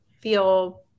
feel